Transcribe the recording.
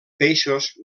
peixos